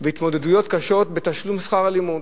יש להם התמודדויות קשות בתשלום שכר הלימוד.